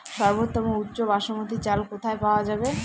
সর্বোওম উচ্চ বাসমতী চাল কোথায় পওয়া যাবে?